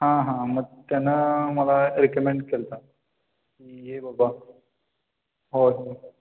हां हां मग त्यानं मला रिकमेंड केलं होतं ये बाबा हो